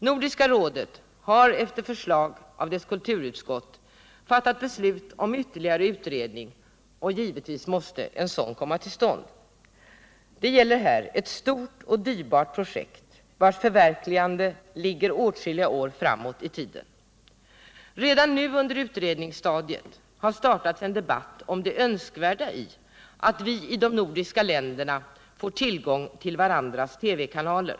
Nordiska rådet har efter förslag av dess kulturutskott fattat beslut om ytterligare utredning, och givetvis måste en sådan komma till stånd. Det gäller här ett stort och dyrbart projekt, vars förverkligande ligger åtskilliga år framåt i tiden. Redan nu under utredningsstadiet har det startats en debatt om det önskvärda i att vi i de nordiska länderna får tillgång till varandras TV kanaler.